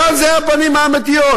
כאן אלה הפנים האמיתיות.